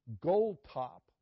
gold-top